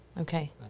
Okay